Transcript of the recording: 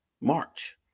March